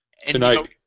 Tonight